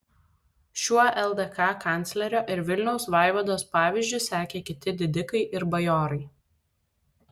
šiuo ldk kanclerio ir vilniaus vaivados pavyzdžiu sekė kiti didikai ir bajorai